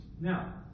Now